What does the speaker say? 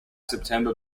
september